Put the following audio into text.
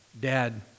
Dad